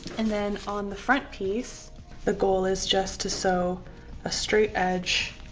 and then on the front piece the goal is just to sew a straight edge